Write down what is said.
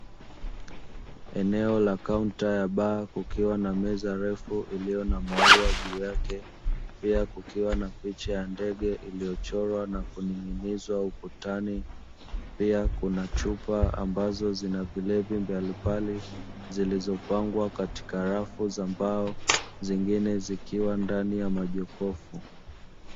Eneo la kaunta ya baa kukiwa na meza refu iliyo na maua juu yake. Pia, kukiwa napicha ya ndege iliyochorwa na kuning'iniwa ukutani. pia kuna chupa ambazo zina vilevi mbalimbali, zilizopangwa katika rafu za mbao zingine zikiwa ndani ya majokofu.